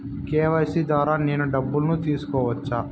KYC ద్వారా నేను డబ్బును తీసుకోవచ్చా?